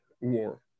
war